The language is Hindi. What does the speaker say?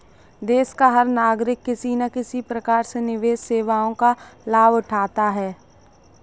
देश का हर नागरिक किसी न किसी प्रकार से निवेश सेवाओं का लाभ उठाता है